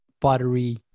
buttery